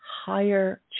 higher